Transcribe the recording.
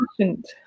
patient